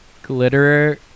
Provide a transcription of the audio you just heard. Glitterer